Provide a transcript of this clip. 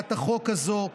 בהצעת החוק הזו,